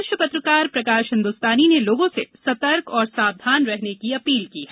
वरिष्ठ पत्रकार प्रकाश हिंदुस्तानी ने लोगों से सतर्क और सावधान रहने की अपील की है